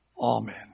Amen